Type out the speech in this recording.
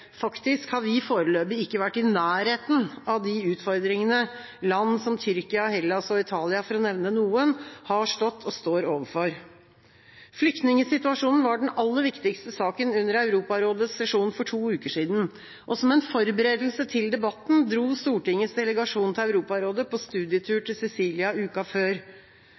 faktisk har vi foreløpig ikke vært i nærheten av de utfordringene land som Tyrkia, Hellas og Italia, for å nevne noen, har stått og står overfor. Flyktningsituasjonen var den aller viktigste saken under Europarådets sesjon for to uker siden. Som en forberedelse til debatten dro Stortingets delegasjon til Europarådet på studietur til Sicilia uka før.